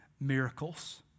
miracles